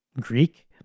Greek